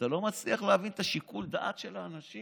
אתה לא מצליח להבין את שיקול הדעת של האנשים.